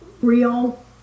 real